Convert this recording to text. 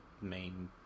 main